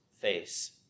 face